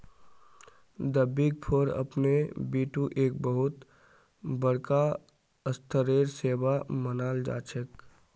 द big four अपने बितु एक बहुत बडका स्तरेर सेवा मानाल जा छेक